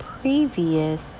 previous